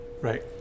Right